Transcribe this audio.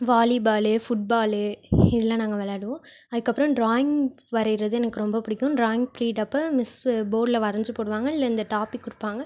volleyball football இதெலாம் நாங்கள் விளையாடுவோம் அதுக்கப்புறம் ட்ராயிங் வரையறது எனக்கு ரொம்ப பிடிக்கும் ட்ராயிங் ப்ரீட் அப்போ மிஸ்ஸு போர்டில் வரஞ்சு போடுவாங்க இல்லை இந்த டாப்பிக் கொடுப்பாங்க